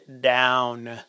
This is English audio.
down